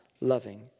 loving